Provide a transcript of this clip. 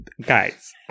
guys